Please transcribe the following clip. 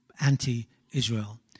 anti-Israel